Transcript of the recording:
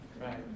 right